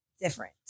different